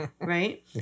Right